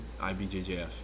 IBJJF